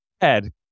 Ed